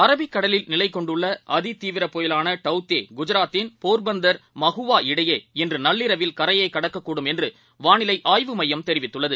அரபிக்கடலில்நிலைகொண்டுள்ளஅதிதீவிரபுயலான டவ்தேகுஜராத்தின்போர்பந்தர் மஹூவாஇடையேஇன்றுநள்ளிரவில்கரையைக்கடக்கக்கூடும்என்றுவானிலைஆய்வுமை யம்தெரிவித்துள்ளது